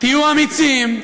תהיו אמיצים,